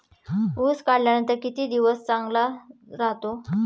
ऊस काढल्यानंतर किती दिवस चांगला राहतो?